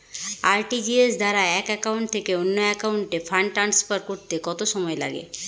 RTGS দ্বারা এক account থেকে অন্য একাউন্টে ফান্ড ট্রান্সফার করতে কত সময় লাগে?